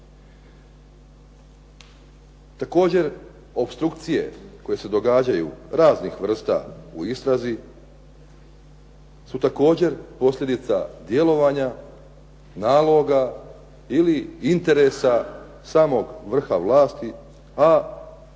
Također opstrukcije koje se događaju raznih vrsta u istrazi su također posljedica djelovanja, naloga ili interesa samog vrha vlasti, a prema